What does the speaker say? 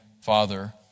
father